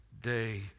day